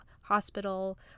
hospital